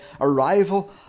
arrival